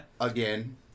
Again